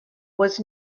was